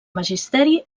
magisteri